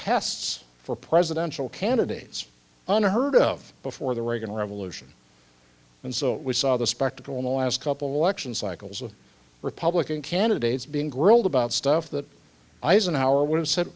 tests for presidential candidates unheard of before the reagan revolution and so we saw the spectacle in the last couple lection cycles of republican candidates being grilled about stuff that eisenhower would have said